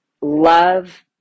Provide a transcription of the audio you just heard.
love